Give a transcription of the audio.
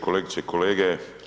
Kolegice i kolege.